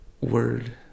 word